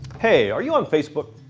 hey, are you on facebook?